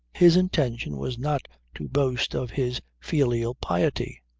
his intention was not to boast of his filial piety.